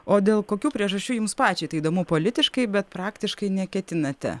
o dėl kokių priežasčių jums pačiai tai įdomu politiškai bet praktiškai neketinate